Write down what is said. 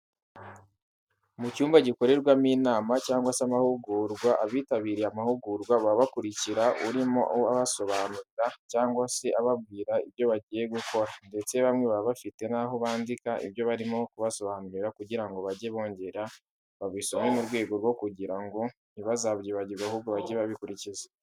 Mu cyumba gikorerwamo inama cyangwa se amahugurwa, abitabiriye amahugurwa baba bakurikira urimo abasobanurira cyangwa se ababwira ibyo bagiye gukora ndetse bamwe baba bafite naho bandika ibyo barimo kubasobanurira kugira ngo bajye bongera babisome mu rwego rwo kugira ngo ntibazabyibagirwe ahubwo bajye babikurikiza.